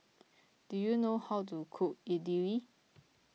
do you know how to cook Idili